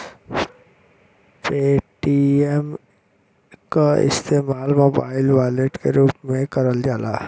Paytm क इस्तेमाल mobile wallet के रूप में करल जाला